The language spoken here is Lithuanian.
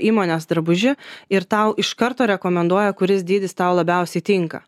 įmonės drabužį ir tau iš karto rekomenduoja kuris dydis tau labiausiai tinka